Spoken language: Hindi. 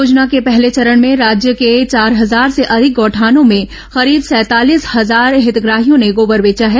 योजना के पहले चरण में राज्य के चार हजार से अधिक गौठानों में करीब सैंतालीस हजार हितग्राहियों ने गोबर बेचा है